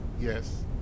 yes